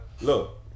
Look